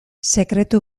sekretu